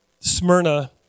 Smyrna